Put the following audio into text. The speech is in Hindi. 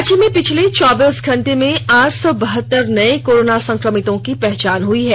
राज्य में पिछले चौबीस घंटे में आठ सौ बहत्तर नये कोरोना संक्रमितों की पहचान हई है